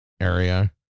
area